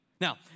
Now